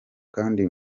kandi